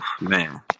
man